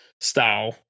style